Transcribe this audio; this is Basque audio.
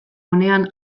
onean